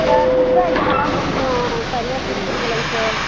sir food item எல்லாம் கொஞ்சம் சரியா கொடுக்கறது இல்லங்க சார்